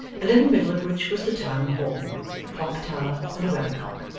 and in the middle of which was the town-hall, with a clock-tower and a weather-cock.